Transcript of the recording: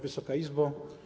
Wysoka Izbo!